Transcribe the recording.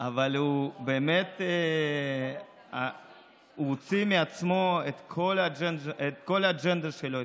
אבל הוא באמת הוציא מעצמו את כל האג'נדה שלו,